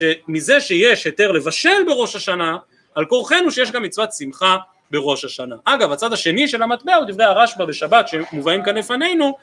שמזה שיש היתר לבשל בראש השנה על כורחנו שיש גם מצוות שמחה בראש השנה. אגב הצד השני של המטבע הוא דברי הרשב"א בשבת שמובאים כאן לפנינו